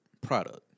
product